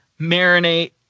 Marinate